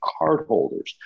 cardholders